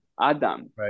Adam